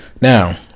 now